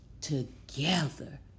together